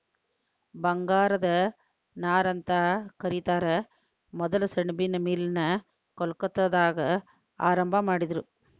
ಬಂಗಾರದ ನಾರಂತ ಕರಿತಾರ ಮೊದಲ ಸೆಣಬಿನ್ ಮಿಲ್ ನ ಕೊಲ್ಕತ್ತಾದಾಗ ಆರಂಭಾ ಮಾಡಿದರು